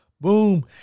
boom